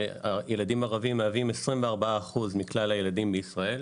ילדים ערבים מהווים 24% מכלל הילדים בישראל,